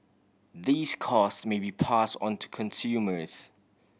these cost may be pass on to consumers